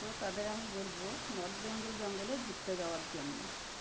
তো তাদের আমি বলবো নর্থ বেঙ্গল জঙ্গলে ঘুরতে যওয়ার জন্য